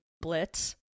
blitz